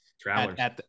travelers